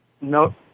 No